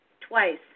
twice